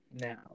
now